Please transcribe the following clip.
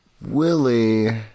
Willie